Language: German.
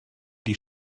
die